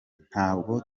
ntabwo